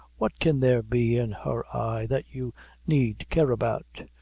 what can there be in her eye that you need care about?